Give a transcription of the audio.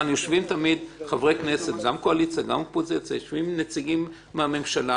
כאן יושבים תמיד חברי כנסת מהקואליציה ומהאופוזיציה ונציגים מהממשלה.